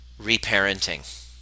reparenting